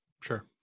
Sure